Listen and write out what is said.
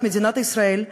את מדינת ישראל,